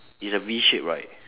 it's a V shape right